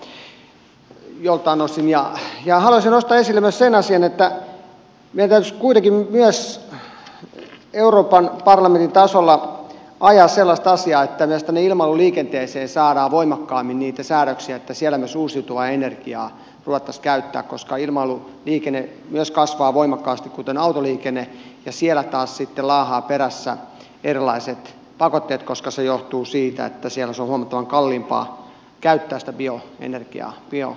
haluaisin nostaa esille myös sen asian että meidän täytyisi kuitenkin myös euroopan parlamentin tasolla ajaa sellaista asiaa että myös tuonne ilmailuliikenteeseen saadaan voimakkaammin niitä säädöksiä että siellä myös uusiutuvaa energiaa ruvettaisiin käyttämään koska myös ilmailuliikenne kasvaa voimakkaasti kuten autoliikenne ja siellä taas sitten laahaavat perässä erilaiset pakotteet koska se johtuu siitä että siellä on huomattavasti kalliimpaa käyttää sitä bioenergiaa